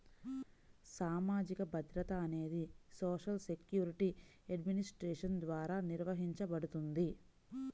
సామాజిక భద్రత అనేది సోషల్ సెక్యూరిటీ అడ్మినిస్ట్రేషన్ ద్వారా నిర్వహించబడుతుంది